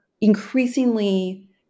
increasingly